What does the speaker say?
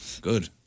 Good